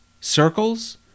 circles